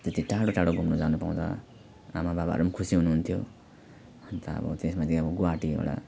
त्यति टाढो टाढो घुम्नु जानु पाउँदा आमाबाबाहरू पनि खुसी हुनुहुन्थ्यो अनि त अब त्यसमाथि अब गुवाहाटी एउटा